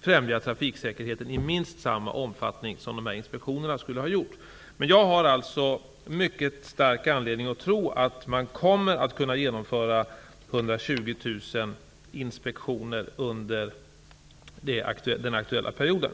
främjar trafiksäkerheten i minst samma omfattning som dessa inspektioner skulle ha gjort. Jag har alltså en mycket stark anledning att tro att man kommer att kunna genomföra 120 000 inspektioner under den aktuella perioden.